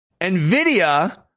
NVIDIA